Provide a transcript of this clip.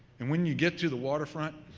and when you get to the water front